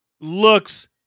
looks